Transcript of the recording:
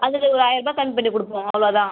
அதில் ஒரு ஆயிர்ரூபா கம்மி பண்ணி கொடுப்போம் அவ்வளோ தான்